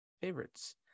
favorites